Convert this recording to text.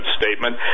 statement